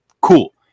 Cool